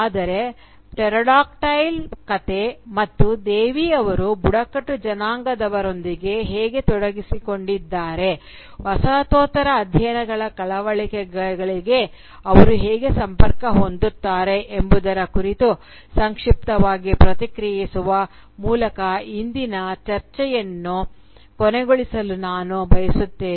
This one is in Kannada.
ಆದರೆ ಪ್ಟೆರೋಡಾಕ್ಟೈಲ್ ಕಥೆ ಮತ್ತು ದೇವಿ ಅವರು ಬುಡಕಟ್ಟು ಜನಾಂಗದವರೊಂದಿಗೆ ಹೇಗೆ ತೊಡಗಿಸಿಕೊಂಡಿದ್ದಾರೆ ವಸಾಹತೋತ್ತರ ಅಧ್ಯಯನಗಳ ಕಳವಳಗಳಿಗೆ ಅವರು ಹೇಗೆ ಸಂಪರ್ಕ ಹೊಂದುತ್ತಾರೆ ಎಂಬುದರ ಕುರಿತು ಸಂಕ್ಷಿಪ್ತವಾಗಿ ಪ್ರತಿಕ್ರಿಯಿಸುವ ಮೂಲಕ ಇಂದಿನ ಚರ್ಚೆಯನ್ನು ಕೊನೆಗೊಳಿಸಲು ನಾನು ಬಯಸುತ್ತೇನೆ